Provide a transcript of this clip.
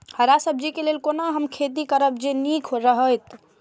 हरा सब्जी के लेल कोना हम खेती करब जे नीक रहैत?